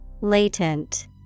latent